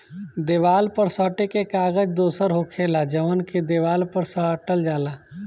देवाल पर सटे के कागज दोसर होखेला जवन के देवाल पर साटल जाला